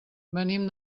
venim